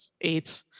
eight